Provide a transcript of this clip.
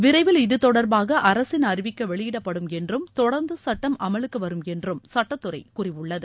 விரைவில் இது தொடர்பாக அரசின் அறிவிக்கை வெளியிடப்படும் என்றும் தொடர்ந்து சட்டம் அமலுக்கு வரும் என்றும் சட்டத்துறை கூறியுள்ளது